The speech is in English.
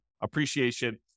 appreciation